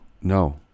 No